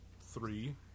three